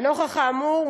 לנוכח האמור,